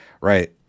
Right